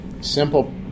simple